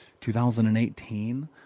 2018